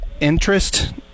interest